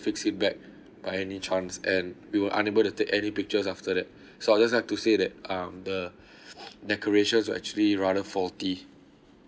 fix it back by any chance and we were unable to take any pictures after that so I would just like to say that um the decorations were actually rather faulty